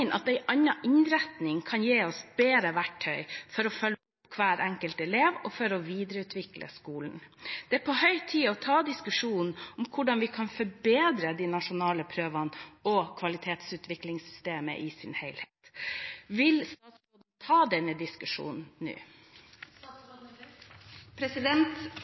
at en annen innretning kan gi oss bedre verktøy til å følge opp hver enkelt elev og videreutvikle skolen. Det er på høy tid å ta diskusjonen om hvordan vi kan forbedre de nasjonale prøvene og kvalitetsutviklingssystemet i sin helhet. Vil statsråden ta denne diskusjonen